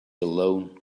alone